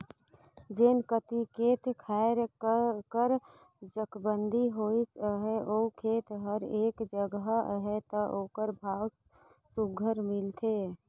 जेन कती खेत खाएर कर चकबंदी होइस अहे अउ खेत हर एके जगहा अहे ता ओकर भाव सुग्घर मिलथे